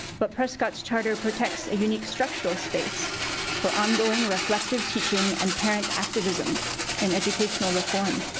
but prescott's charter protects a unique structural space for ongoing reflective teaching and parent activism in educational reform.